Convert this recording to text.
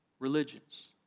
religions